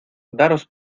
daros